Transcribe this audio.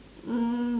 um